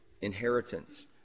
inheritance